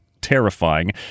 terrifying